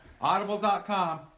audible.com